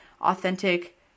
authentic